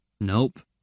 Nope